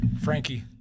Frankie